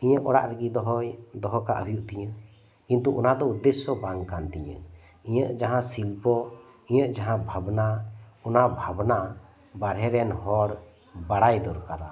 ᱤᱧᱟᱹᱜ ᱚᱲᱟᱜ ᱨᱮᱜᱮ ᱫᱚᱦᱚᱭ ᱫᱚᱦᱚᱠᱟᱜ ᱦᱩᱭᱩᱜ ᱛᱤᱧᱟᱹ ᱠᱤᱱᱛᱩ ᱚᱱᱟ ᱫᱚ ᱩᱫᱽᱫᱮᱥᱚ ᱵᱟᱝ ᱠᱟᱱ ᱛᱤᱧᱟᱹ ᱤᱧᱟᱹᱜ ᱡᱟᱦᱟᱸ ᱥᱤᱞᱯᱚ ᱤᱧᱟᱹᱜ ᱡᱟᱦᱟᱸ ᱵᱷᱟᱵᱽᱱᱟ ᱚᱱᱟ ᱵᱷᱟᱵᱽᱱᱟ ᱵᱟᱨᱦᱮ ᱨᱮᱱ ᱦᱚᱲ ᱵᱟᱲᱟᱭ ᱫᱚᱨᱠᱟᱨᱟ